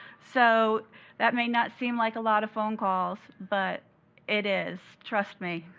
so that may not seem like a lot of phone calls, but it is. trust me.